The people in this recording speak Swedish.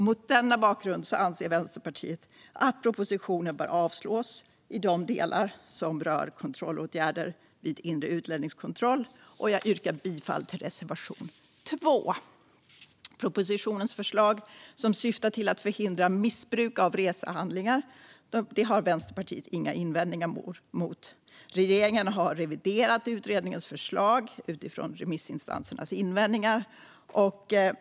Mot denna bakgrund anser Vänsterpartiet att propositionen bör avslås i de delar som rör kontrollåtgärder vid inre utlänningskontroll. Jag yrkar bifall till reservation 2. Propositionens förslag som syftar till att förhindra missbruk av resehandlingar har Vänsterpartiet inga invändningar mot. Regeringen har reviderat utredningens förslag utifrån remissinstansernas invändningar.